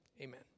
Amen